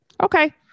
Okay